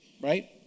right